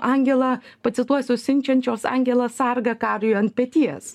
angelą pacituosiu siunčiančios angelą sargą kariui ant peties